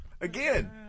Again